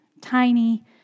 tiny